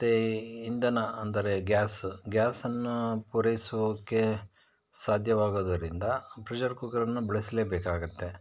ಮತ್ತು ಇಂಧನ ಅಂದರೆ ಗ್ಯಾಸ್ ಗ್ಯಾಸನ್ನ ಪೂರೈಸೋಕೆ ಸಾಧ್ಯವಾಗದ್ದರಿಂದ ಪ್ರೆಷರ್ ಕುಕ್ಕರನ್ನು ಬಳಸಲೇಬೇಕಾಗತ್ತೆ